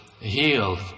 healed